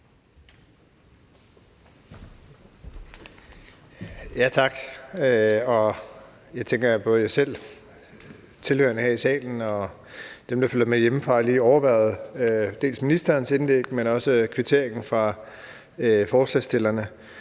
Tak. Jeg tænker, at både jeg selv, tilhørerne her i salen og dem, der følger med hjemmefra, lige har overværet dels ministerens indlæg, dels kvitteringen fra ordføreren